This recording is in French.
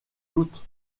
toute